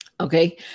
Okay